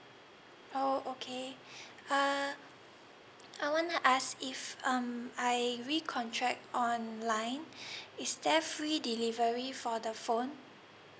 oh okay uh I wanna ask if um I recontract online is there free delivery for the phone